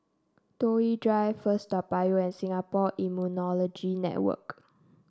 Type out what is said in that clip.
Toh Yi Drive First Toa Payoh and Singapore Immunology Network